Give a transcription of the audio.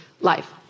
life